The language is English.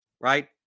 Right